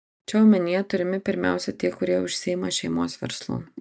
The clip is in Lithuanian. čia omenyje turimi pirmiausia tie kurie užsiima šeimos verslu